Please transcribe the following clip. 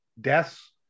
deaths